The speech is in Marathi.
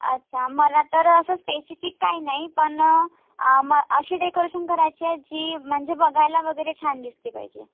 अच्छा मला तर असं स्पेसिफिक काही नाही पण मग अशी डेकोरेशन करायची आहे जी म्हणजे बघायला वगैरे छान दिसली पाहिजे